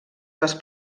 les